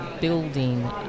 building